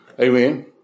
Amen